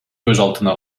gözaltına